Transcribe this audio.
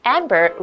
Amber